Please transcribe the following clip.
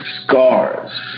scars